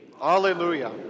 Hallelujah